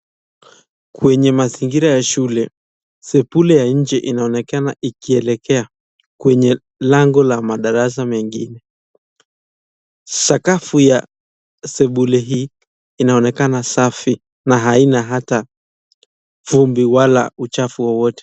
Kwenye mazingira ya shule, sebule ya nje inaonekana ikielekea kwenye lango la madarasa mengine, sakafu ya sebule hii inaonekana safi na haina hata vumbi wala uchafu wowote.